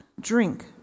drink